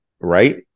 right